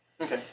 Okay